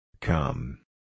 Come